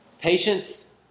Patience